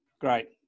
great